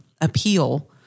appeal